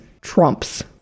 Trumps